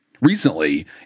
Recently